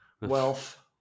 Wealth